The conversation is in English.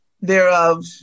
thereof